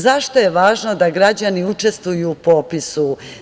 Zašto je važno da građani učestvuju u popisu?